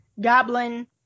goblin